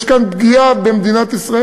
יש כאן פגיעה במדינת ישראל.